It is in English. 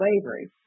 slavery